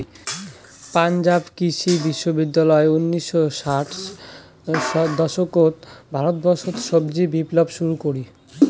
পাঞ্জাব কৃষি বিশ্ববিদ্যালয় উনিশশো ষাট দশকত ভারতবর্ষত সবুজ বিপ্লব শুরু করি